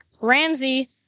Ramsey